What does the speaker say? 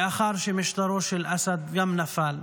מאחר שמשטרו של אסד נפל,